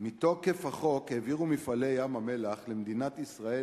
מתוקף החוק העבירו "מפעלי ים-המלח" למדינת ישראל